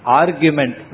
argument